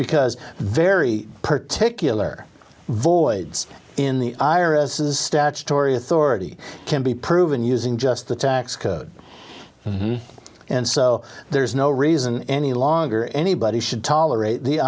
because very particular voids in the irises statutory authority can be proven using just the tax code and so there's no reason any longer anybody should tolerate the